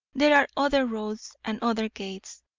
there are other roads and other gates,